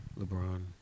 LeBron